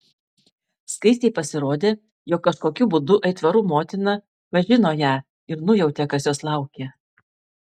skaistei pasirodė jog kažkokiu būdu aitvarų motina pažino ją ir nujautė kas jos laukia